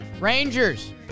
rangers